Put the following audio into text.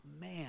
man